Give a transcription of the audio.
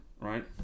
Right